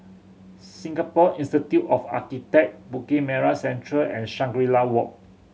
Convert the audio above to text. Singapore Institute of Architect Bukit Merah Central and Shangri La Walk